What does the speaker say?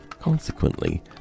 Consequently